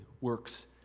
works